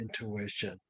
intuition